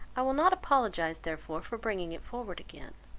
i will not apologize therefore for bringing it forward again.